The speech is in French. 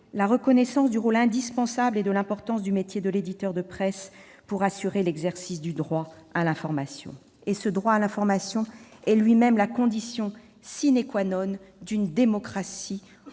la reconnaissance [...] du rôle indispensable et de l'importance du métier de l'éditeur de presse pour assurer l'exercice du droit à l'information ». Et ce droit à l'information est lui-même la condition d'une démocratie